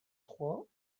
trois